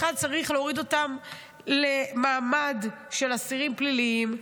1. שצריך להוריד אותם למעמד של אסירים פליליים,